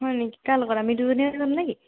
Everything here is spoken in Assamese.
হয় নেকি কাৰ লগত আমি দুজনীয়ে যামনে কি